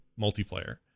multiplayer